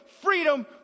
freedom